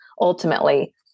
ultimately